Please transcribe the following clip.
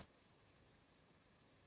Grazie,